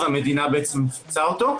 והמדינה בעצם מפצה אותו.